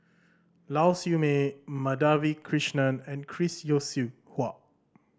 Lau Siew Mei Madhavi Krishnan and Chris Yeo Siew Hua